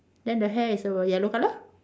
then the hair is a yellow colour